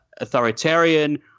authoritarian